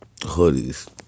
hoodies